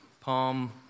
Palm